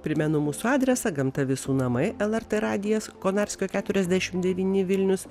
primenu mūsų adresą gamta visų namai lrt radijas konarskio keturiasdešimt devyni vilnius